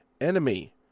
enemy